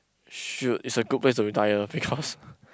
should is a good place to retire because